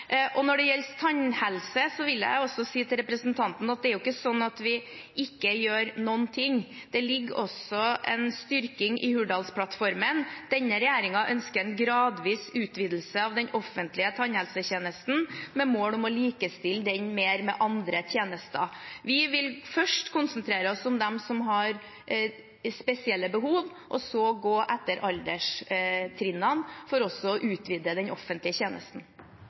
Når det gjelder tannhelse, vil jeg også si til representanten at det er ikke sånn at vi ikke gjør noen ting. Det ligger også inne en styrking i Hurdalsplattformen. Denne regjeringen ønsker en gradvis utvidelse av den offentlige tannhelsetjenesten, med mål om å likestille den mer med andre tjenester. Vi vil først konsentrere oss om de som har spesielle behov, og så gå etter alderstrinnene for å utvide den offentlige tjenesten.